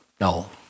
No